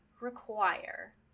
require